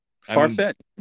far-fetched